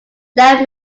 that